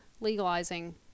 Legalizing